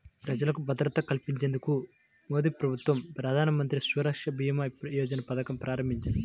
ప్రజలకు భద్రత కల్పించేందుకు మోదీప్రభుత్వం ప్రధానమంత్రి సురక్షభీమాయోజనను ప్రారంభించింది